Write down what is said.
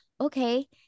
okay